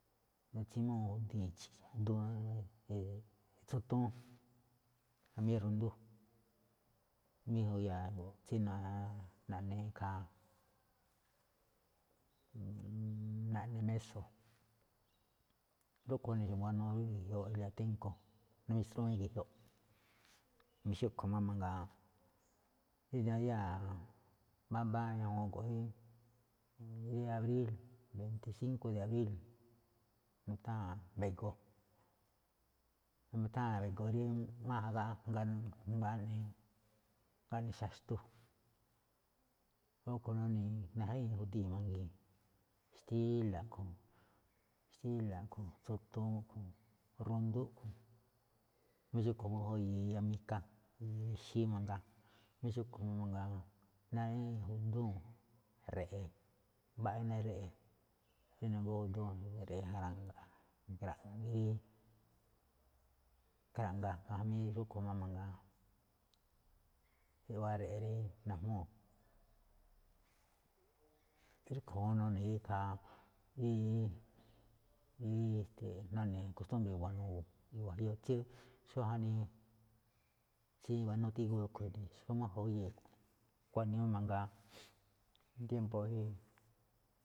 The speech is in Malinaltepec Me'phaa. Natsimuu̱ ikhii̱n duun, tso̱toon jamí rundú jamí juya̱a̱ tsí naꞌne ikhaa, naꞌne méso̱, rúꞌkhue̱n ene̱ xa̱bo̱ buanuu ge̱jioꞌ rí iliaténko̱, mixtruwíín ge̱jioꞌ. jamí xúꞌkhue̱n máꞌ mangaa, rí ndayáa̱ mbámbá ñajun go̱nꞌ rí- rí abríl, rí beinti sinko̱ de abríl, nutháa̱n be̱go̱, nutháa̱n be̱go̱ rí máján gáꞌne xaxtu, rúꞌkhue̱n nuni̱i̱ najraꞌii̱n judii̱n mangii̱n xtíla̱ a̱ꞌkhue̱n, xtíla̱ a̱ꞌkhue̱n, tso̱toon a̱ꞌkhue̱n, rundú a̱ꞌkhue̱n jamí xúꞌkhue̱n juye̱e̱ iya mika, iya ixí mangaa, jamí xúꞌkhue̱n máꞌ mangaa, náá rí juduu̱n re̱ꞌe̱, mbaꞌa inii re̱ꞌe̱, rí nagóó juduu̱n rí kra̱ꞌjngaamáꞌ mangaa jamí rúꞌkhue̱n nuni̱i̱, iꞌwá re̱ꞌe̱ rí najmúu̱. Rúꞌkhue̱n nuni̱i̱ rí ikhaa rí rí esteeꞌ nuni̱i̱ kostúmbre̱ banuu wajiúú tsí xó jaꞌnii tsíwanúu tígúu rúꞌkhue̱n, xóómáꞌ ju̱ye̱e̱, xkuaꞌnii máꞌ mangaa rí tiémpó rí.